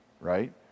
right